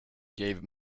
gave